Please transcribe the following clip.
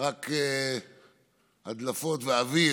רק הדלפות ואוויר,